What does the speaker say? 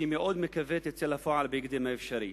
שאני מאוד מקווה שהיא תצא לפועל בהקדם האפשרי,